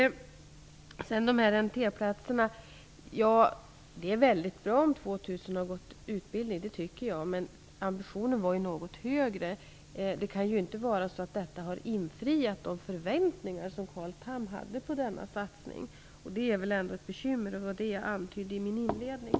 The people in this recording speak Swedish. Angående NT-utbildningen är det väldigt bra om 2 000 personer har genomgått den. Men ambitionen var ju något högre. Detta kan ju inte ha infriat de förväntningar som Carl Tham hade på denna satsning. Det är väl ändå ett bekymmer, som jag antydde i min inledning.